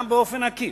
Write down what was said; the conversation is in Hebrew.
גם באופן עקיף,